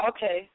Okay